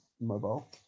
mobile